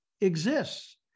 exists